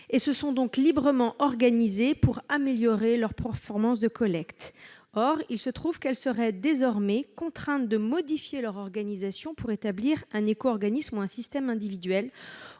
et se sont donc librement organisées pour améliorer leurs performances de collecte. Or il se trouve qu'elles seraient désormais contraintes de modifier leur organisation pour rétablir un éco-organisme ou un système individuel,